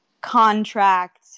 contract